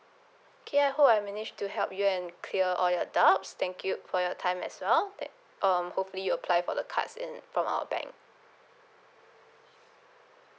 okay I hope I manage to help you and clear all your doubts thank you for your time as well that um hopefully you apply for the cards in from our bank